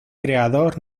creador